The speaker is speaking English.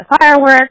fireworks